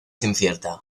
incierta